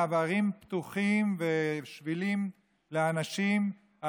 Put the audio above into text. מעברים פתוחים ושבילים לאנשים.